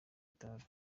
itabi